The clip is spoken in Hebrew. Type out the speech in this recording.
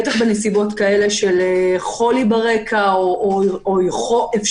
בטח בנסיבות של חולי ברקע או אפשרות